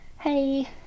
hey